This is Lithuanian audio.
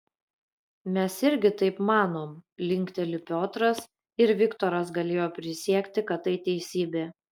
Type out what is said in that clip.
mes irgi taip manom linkteli piotras ir viktoras galėjo prisiekti kad tai teisybė